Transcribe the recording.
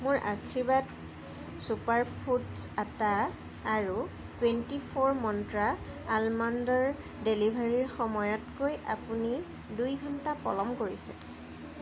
মোৰ Aashirvaad super foods atta আৰু twenty four Mantra আলমণ্ডৰ ডেলিভাৰীৰ সময়তকৈ আপুনি দুই ঘণ্টা পলম কৰিছে